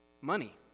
money